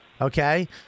Okay